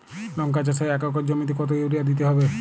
লংকা চাষে এক একর জমিতে কতো ইউরিয়া দিতে হবে?